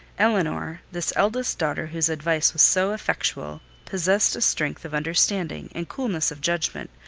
elinor, this eldest daughter, whose advice was so effectual, possessed a strength of understanding, and coolness of judgment,